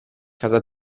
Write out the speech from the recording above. casa